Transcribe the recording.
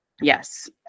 Yes